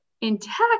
intact